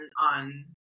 on